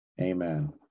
Amen